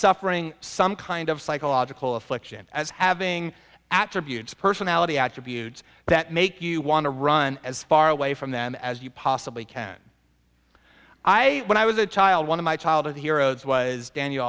suffering some kind of psychological affliction as having attributes personality attributes that make you want to run as far away from them as you possibly can i when i was a child one of my childhood heroes was daniel